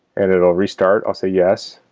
and it'll restart. i'll say yes,